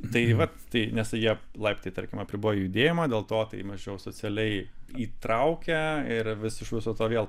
tai vat tai nes jie laiptai tarkim apribojo judėjimą dėl to tai mažiau socialiai įtraukia ir vis iš viso to vėl